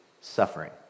suffering